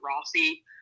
Rossi